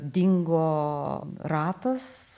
dingo ratas